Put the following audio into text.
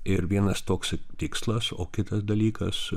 ir vienas toks tikslas o kitas dalykas